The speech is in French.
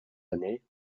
années